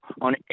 on